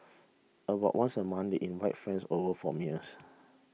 about once a month they invite friends over for meals